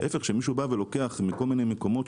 כשמישהו לוקח מכל מיני מקומות,